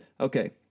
Okay